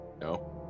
No